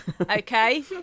okay